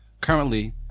currently